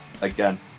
again